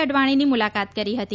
અડવાણીની મુલાકાત કરી હતી